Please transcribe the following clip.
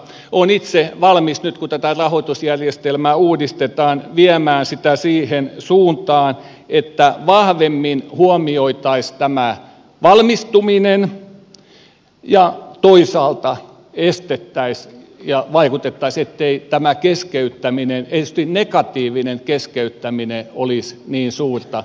olen itse valmis nyt kun tätä rahoitusjärjestelmää uudistetaan viemään sitä siihen suuntaan että vahvemmin huomioitaisiin valmistuminen ja toisaalta estettäisiin ja vaikutettaisiin ettei keskeyttäminen erityisesti negatiivinen keskeyttäminen olisi niin suurta